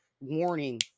warning